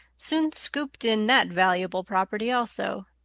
soon scooped in that valuable property also.